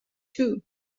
two